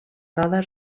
roda